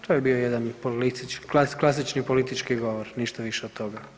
To je bio jedan klasični politički govor, ništa više od toga.